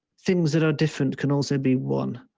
things that are different can also be one.